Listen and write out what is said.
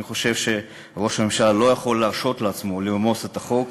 אני חושב שראש הממשלה לא יכול להרשות לעצמו לרמוס את החוק,